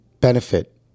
benefit